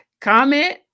comment